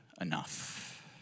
enough